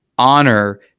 honor